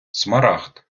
смарагд